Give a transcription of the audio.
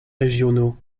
régionaux